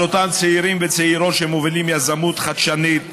על אותם צעירים וצעירות שמובילים יזמות חדשנית.